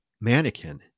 mannequin